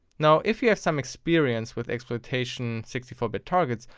now if you have some experience with exploitation sixty four bit targets,